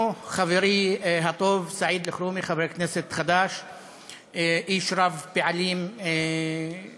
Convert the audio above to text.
עד עכשיו אני לא מתאושש מזה.